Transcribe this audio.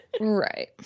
Right